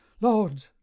Lord